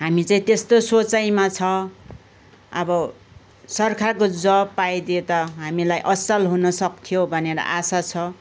हामी चाहिँ त्यस्तो सोचाइमा छ अब सरकारको जब पाइदिए त हामीलाई असल हुन सक्थ्यो भनेर आशा छ